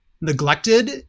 neglected